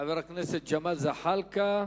חבר הכנסת ג'מאל זחאלקה,